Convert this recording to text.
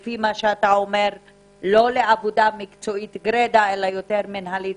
לא להתמחות גרידה אלא למינהלות,